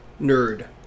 nerd